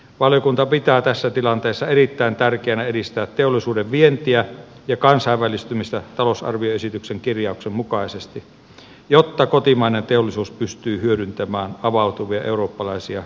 valiokunta pitää tässä tilanteessa erittäin tärkeänä edistää teollisuuden vientiä ja kansainvälistymistä talousarvioesityksen kirjauksen mukaisesti jotta kotimainen teollisuus pystyy hyödyntämään avautuvia eurooppalaisia markkinoita